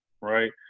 right